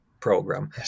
program